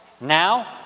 Now